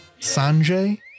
Sanjay